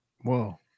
whoa